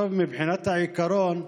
מבחינת העיקרון,